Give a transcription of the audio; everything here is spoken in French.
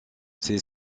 ses